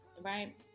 right